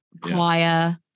choir